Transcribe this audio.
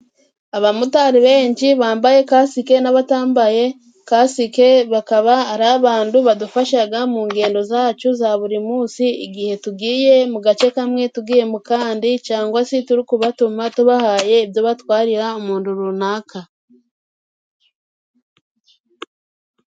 Abamotari benshi bambaye kasike n'abatambaye kasike bakaba ari abantu badufashaga mu ngendo zacu za buri munsi igihe tugiye mu gace kamwe tugiye mukandi cyangwa se turi kubatuma tubahaye ibyo batwarira umuntu runaka.